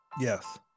Yes